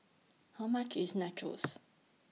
How much IS Nachos